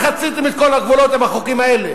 מזמן חציתם את כל הגבולות עם החוקים האלה.